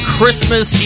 Christmas